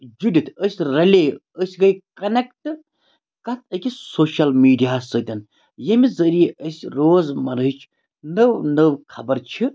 جُڑِتھ أسۍ رَلے أسۍ گٔے کَنیٚکٹ کَتھ أکِس سوشَل میٖڈیاہَس سۭتۍ ییٚمہِ ذٔریعہِ أسۍ روزمَرٕچ نٔو نٔو خبر چھِ